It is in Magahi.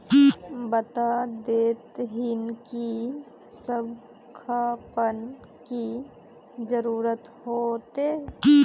बता देतहिन की सब खापान की जरूरत होते?